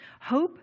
Hope